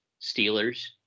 Steelers